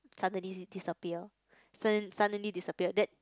suddenly disappear sudd~ suddenly disappear that